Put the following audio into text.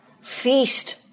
feast